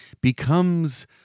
becomes